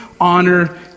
honor